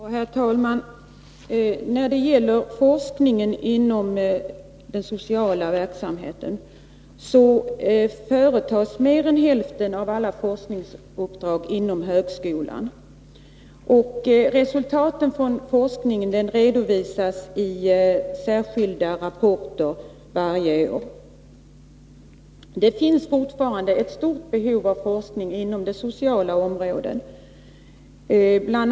Herr talman! Mer än hälften av all forskning på det sociala området bedrivs inom högskolan. Och resultaten från forskningen redovisas i särskilda rapporter varje år. Det finns fortfarande ett stort behov av forskning på det sociala området. Bl.